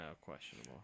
questionable